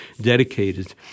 dedicated